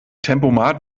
tempomat